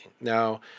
Now